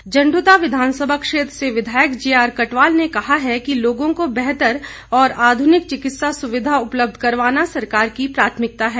कटवाल झण्ड्रता विधानसभा क्षेत्र से विधायक जेआर कटवाल ने कहा है कि लोगों को बेहतर और आध्निक चिकित्सा सुविधा उपलब्ध करवाना सरकार की प्राथमिकता है